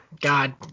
God